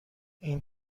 این